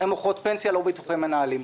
הן מוכרות פנסיה אבל לא ביטוחי מנהלים.